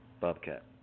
Bobcat